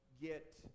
get